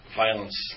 violence